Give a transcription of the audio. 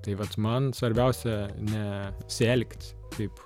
tai vat man svarbiausia nepasielgt kaip